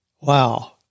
Wow